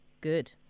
Good